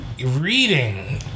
reading